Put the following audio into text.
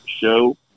show